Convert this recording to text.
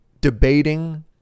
debating